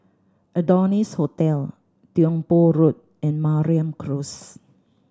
Adonis Hotel Tiong Poh Road and Mariam Close